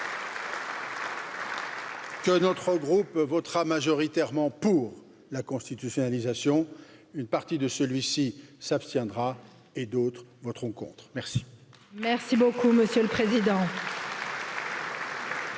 que notre groupe votera majoritairement pour la constitutionnalisation une partie de celui ci s'abstiendra et d'autres voteront contre monsieur le président